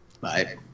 Bye